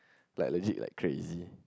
like legit like crazy